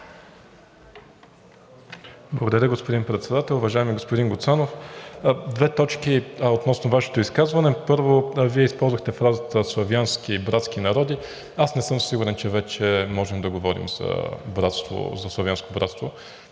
Благодаря, господин Председател. Уважаеми господин Гуцанов, две точки относно Вашето изказване. Първо, Вие използвахте фразата „славянски и братски народи“. Аз не съм сигурен, че вече можем да говорим за славянско братство